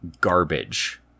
garbage